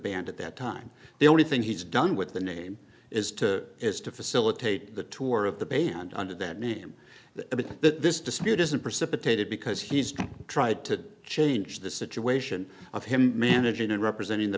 at that time the only thing he's done with the name is to is to facilitate the tour of the band under that name the that this dispute isn't precipitated because he's tried to change the situation of him managing and representing the